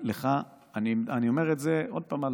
אני אומר את זה עוד פעם.